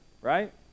right